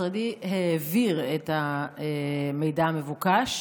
משרדי העביר את המידע המבוקש.